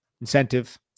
incentive